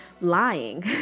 lying